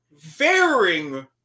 varying